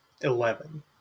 Eleven